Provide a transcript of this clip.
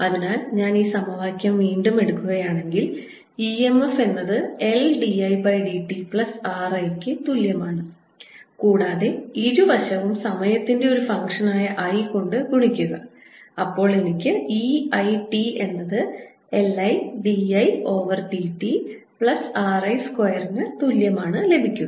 അതിനാൽ ഞാൻ ഈ സമവാക്യം വീണ്ടും എടുക്കുകയാണെങ്കിൽ EMF എന്നത് L d Idt plus R I ക്ക് തുല്യമാണ് കൂടാതെ ഇരുവശവും സമയത്തിന്റെ ഒരു ഫംഗ്ഷനായ I കൊണ്ട് ഗുണിക്കുക അപ്പോൾ എനിക്ക് e I t എന്നത് L I d I over d t plus R I സ്ക്വയറിന് തുല്യമാണ് ലഭിക്കുക